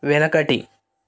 వెనకటి